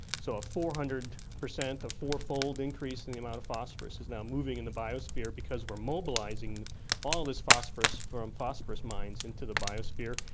so a four hundred percent, a four-fold increase in the amount of phosphorous is now moving in the biosphere because we're mobilising all this phosphorous from phosphorous mines into the biosphere,